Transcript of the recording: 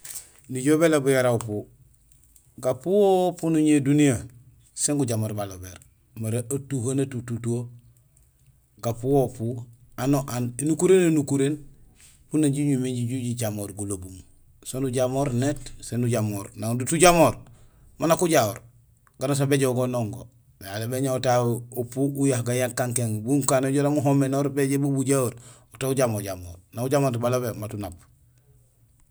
Nijool béloob yara gapu; gapuhopu nuñowé duniya, sén gujamoor balobé, mara atuhee natutut wo, gapuhopu, ano aan, énukuréno énukuréén miin na jijumé jijamor gulobum. Soon nujamoor net; sén ujamoor; nang diit ujamoor maan nak ujahoor; ganusaan béjoow bo nongo Mais alaal béñoow taho upu ujah gajah kankéén bu nukané jaraam uhoménoor béjoow bu bujahoor; woto ujamoor jamoor; nang ujamorut balobé mat unaap.